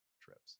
trips